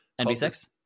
nb6